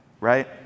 right